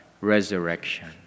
resurrection